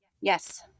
Yes